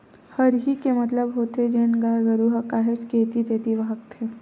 हरही के मतलब होथे जेन गाय गरु ह काहेच के ऐती तेती भागथे